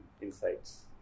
insights